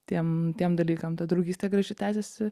tiem tiem dalykam ta draugystė graži tęsėsi